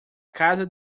casa